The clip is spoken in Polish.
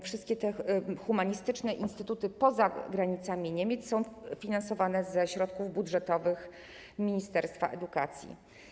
Wszystkie te humanistyczne instytuty poza granicami Niemiec są finansowane ze środków budżetowych ministerstwa edukacji.